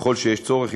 ככל שיש צורך,